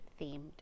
themed